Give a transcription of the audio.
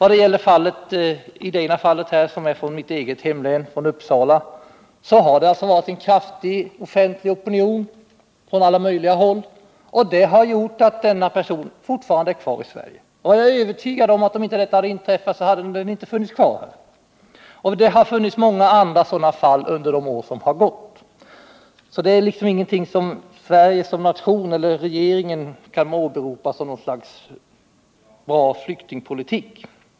Den ena av de personer som här är aktuella bor i mitt eget hemlän, Uppsala län, och i det fallet har det varit en mycket kraftig offentlig opinion från alla möjliga håll. Det har gjort att denna person fortfarande är kvar i Sverige. Jag är övertygad om att hon inte hade funnits kvar om inte allmänheten reagerat. Det har funnits många andra sådana fall under de år som har gått. Sverige som nation eller regeringen kan alltså inte åberopa det som argument för att vi har en bra flyktingpolitik.